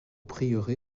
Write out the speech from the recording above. prieuré